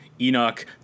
Enoch